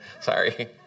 Sorry